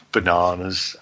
Bananas